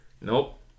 Nope